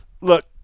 Look